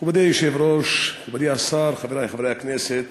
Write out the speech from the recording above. מכובדי היושב-ראש, מכובדי השר, חברי חברי הכנסת,